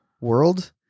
world